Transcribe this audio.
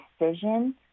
decision